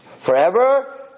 forever